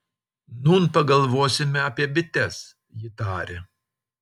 nūn pagalvosime apie bites ji tarė